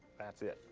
that's it.